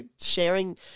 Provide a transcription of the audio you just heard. sharing